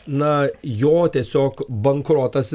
na jo tiesiog bankrotas